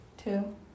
Two